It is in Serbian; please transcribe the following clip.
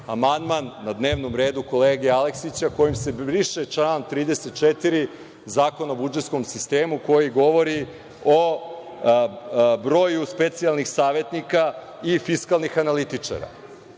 amandman na dnevnom redu kolege Aleksića kojim se briše član 34. Zakona o budžetskom sistemu, koji govori o broju specijalnih savetnika i fiskalnih analitičara. Znači,